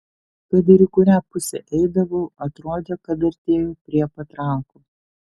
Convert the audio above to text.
kad ir į kurią pusę eidavau atrodė kad artėju prie patrankų